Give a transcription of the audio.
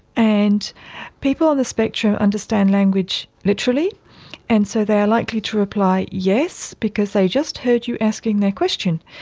and people on the spectrum understand language literally and so they are likely to reply yes because they just heard you asking the question.